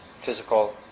physical